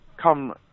come